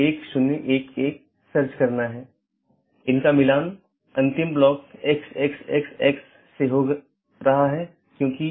एक stub AS केवल स्थानीय ट्रैफ़िक ले जा सकता है क्योंकि यह AS के लिए एक कनेक्शन है लेकिन उस पार कोई अन्य AS नहीं है